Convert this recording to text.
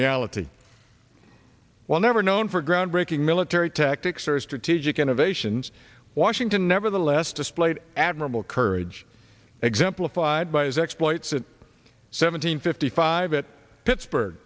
reality while never known for groundbreaking military tactics or strategic innovations washington nevertheless displayed admirable courage exemplified by his exploits at seven hundred fifty five it pittsburgh